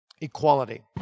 equality